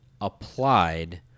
applied